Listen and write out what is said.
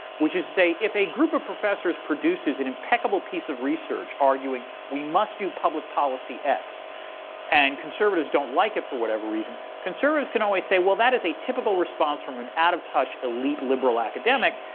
which is to say if a group of professors produces an impeccable piece of research arguing we must do public policy x and conservatives don't like it for whatever reason, conservatives can always say, well, that is a typical response from an out of touch elite liberal academic.